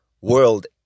world